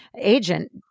agent